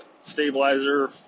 stabilizer